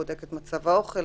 בודק את מצב האוכל,